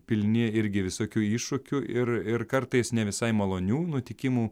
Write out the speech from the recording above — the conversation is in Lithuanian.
pilni irgi visokių iššūkių ir ir kartais ne visai malonių nutikimų